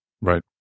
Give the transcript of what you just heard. right